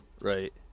right